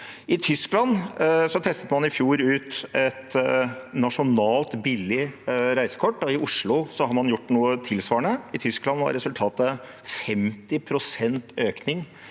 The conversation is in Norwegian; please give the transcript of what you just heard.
I Tyskland testet man i fjor ut et nasjonalt, billig reisekort, og i Oslo har man gjort noe tilsvarende. I Tyskland var resultatet 50 pst. økning